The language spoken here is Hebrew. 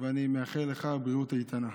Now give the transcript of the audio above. אני מאחל לך בריאות איתנה.